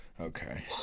Okay